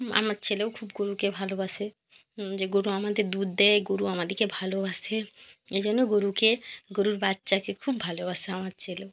আমার ছেলেও খুব গরুকে ভালোবাসে যে গরু আমাদের দুধ দেয় গরু আমাদিকে ভালোবাসে এই জন্য গরুকে গরুর বাচ্ছাকে খুব ভালোবাসে আমার ছেলেও